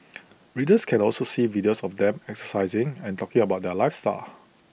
readers can also see videos of the them exercising and talking about their lifestyle